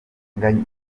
daniel